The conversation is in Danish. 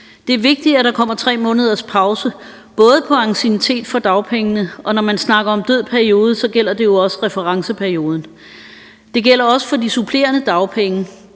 Det er vigtigt, at der kommer 3 måneders pause på anciennitet for dagpengene, og når man snakker om død periode, gælder det jo også referenceperioden. Det gælder også for de supplerende dagpenge.